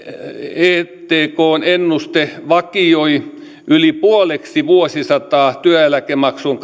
että etkn ennuste vakioi yli puoleksi vuosisataa työeläkemaksun